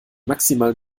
maximal